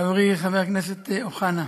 חברי חבר הכנסת אוחנה,